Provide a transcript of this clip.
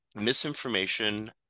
misinformation